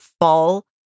fall